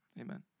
Amen